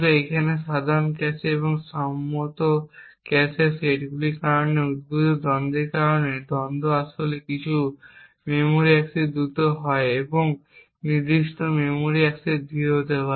এখন সাধারণ ক্যাশে এবং সম্মত ক্যাশে সেটগুলির কারণে উদ্ভূত দ্বন্দ্বের কারণে দ্বন্দ্ব আসলে কিছু মেমরি অ্যাক্সেস দ্রুত এবং নির্দিষ্ট মেমরি অ্যাক্সেস ধীর হতে পারে